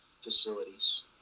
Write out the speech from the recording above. facilities